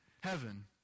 heaven